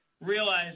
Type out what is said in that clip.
realize